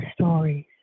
stories